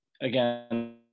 Again